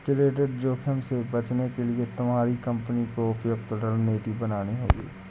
credit जोखिम से बचने के लिए तुम्हारी कंपनी को उपयुक्त रणनीति बनानी होगी